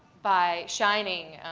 by shining,